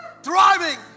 Thriving